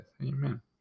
Amen